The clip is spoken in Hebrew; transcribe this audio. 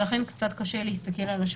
לכן קצת קשה להשוות,